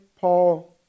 Paul